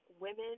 women